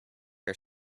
are